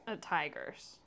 tigers